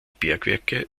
bergwerke